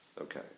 Okay